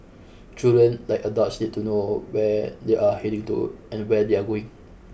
children like adults need to know where they are heading to and where they are going